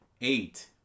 eight